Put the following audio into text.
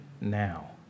now